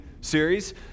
series